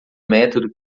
método